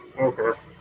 okay